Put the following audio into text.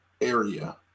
area